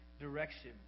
direction